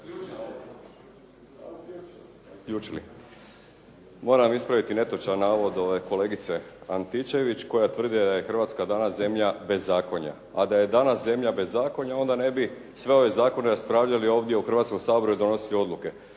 (HDZ)** Moram ispraviti netočan navod kolegice Antičević koja tvrdi da je Hrvatska danas zemlja bezakonja. A da je danas zemlja bezakonja onda ne bi sve ove zakone raspravljali ovdje u Hrvatskom saboru i donosili odluke.